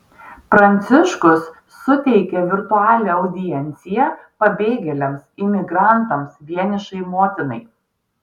pranciškus suteikė virtualią audienciją pabėgėliams imigrantams vienišai motinai